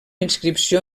inscripció